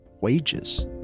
wages